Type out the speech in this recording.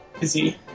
busy